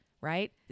Right